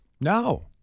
No